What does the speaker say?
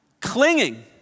clinging